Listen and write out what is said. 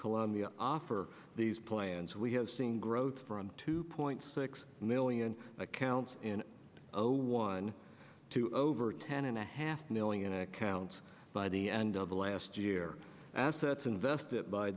columbia offer these plans we have seen growth from two point six million accounts in zero one to over ten and a half million accounts by the end of the last year assets invest